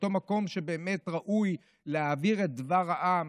לאותו מקום שראוי להעביר בו את דבר העם,